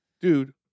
Dude